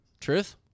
Truth